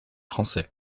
français